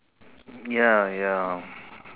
ya ya